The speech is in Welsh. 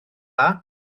dda